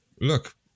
look